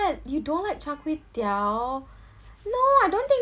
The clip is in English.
you don't like char kway teow no I don't think